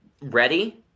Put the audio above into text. ready